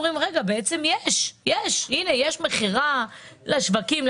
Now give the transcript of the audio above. אומרים שיש מכירה לשווקים,